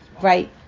right